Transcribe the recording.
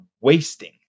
wasting